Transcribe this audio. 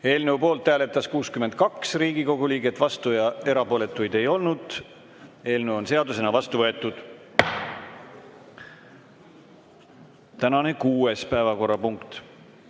võetud. Eelnõu poolt hääletas 62 Riigikogu liiget, vastuolijaid ega erapooletuid ei olnud. Eelnõu on seadusena vastu võetud. Tänane kuues päevakorrapunkt